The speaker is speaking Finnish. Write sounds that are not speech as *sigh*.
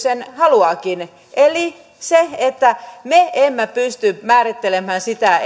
*unintelligible* sen haluaakin eli me emme pysty määrittelemään sitä *unintelligible*